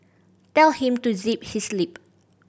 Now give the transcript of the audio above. tell him to zip his lip